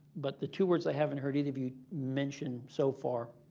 but the two words i haven't heard either of you mention so far,